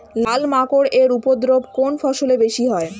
লাল মাকড় এর উপদ্রব কোন ফসলে বেশি হয়?